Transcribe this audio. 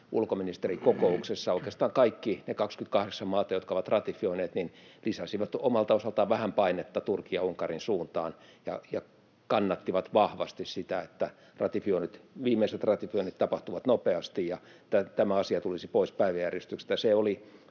ulkoministerikokouksessa: oikeastaan kaikki ne 28 maata, jotka ovat ratifioineet, lisäsivät omalta osaltaan vähän painetta Turkin ja Unkarin suuntaan ja kannattivat vahvasti sitä, että viimeiset ratifioinnit tapahtuvat nopeasti ja tämä asia tulisi pois päiväjärjestyksestä.